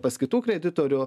pas kitų kreditorių